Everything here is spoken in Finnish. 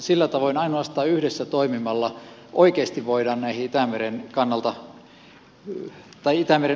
sillä tavoin ainoastaan yhdessä toimimalla oikeasti voidaan näihin itämeren uhkatekijöihin vaikuttaa